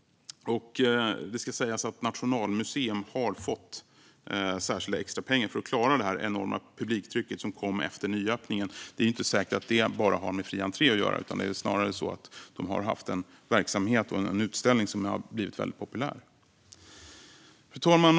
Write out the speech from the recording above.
Det ska också sägas att Nationalmuseum har fått särskilda extrapengar för att klara det enorma publiktryck som kom efter nyöppningen. Det är ju inte säkert att det bara har med fri entré att göra, utan det är snarare så att de har haft en verksamhet och en utställning som har blivit väldigt populära. Fru talman!